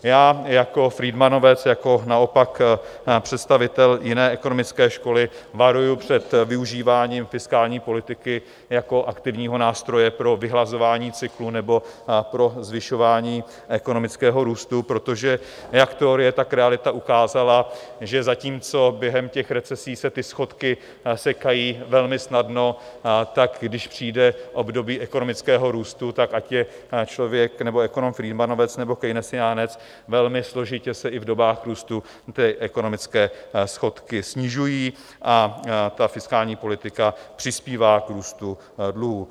Já jako freedmanovec, jako naopak představitel jiné ekonomické školy, varuji před využíváním fiskální politiky jako aktivního nástroje pro vyhlazování cyklu nebo pro zvyšování ekonomického růstu, protože jak teorie, tak realita ukázaly, že zatímco během těch recesí se schodky sekají velmi snadno, tak když přijde období ekonomického růstu, tak ať je člověk nebo ekonom freedmanovec, nebo keynesiánec, velmi složitě se i v dobách růstu ty ekonomické schodky snižují a ta fiskální politika přispívá k růstu dluhů.